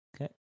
Okay